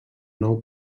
nou